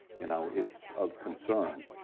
you know, it's of concern.